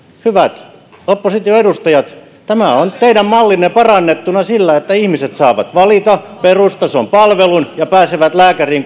hyvät opposition edustajat tämä on teidän mallinne parannettuna sillä että ihmiset saavat valita perustason palvelun ja pääsevät lääkäriin